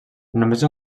només